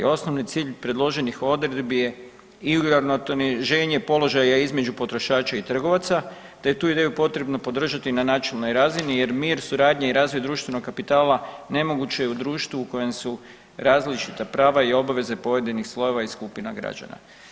Osnovi cilj predloženih odredbi i uravnoteženje položaja između potrošača i trgovaca te je tu ideju potrebno podržati na načelnoj razini jer mir, suradnja i razvoj društvenog kapitala nemoguće je u društvu u kojem su različita prava i obaveze pojedinih slojeva i skupina građana.